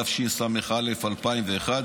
התשס"א 2001,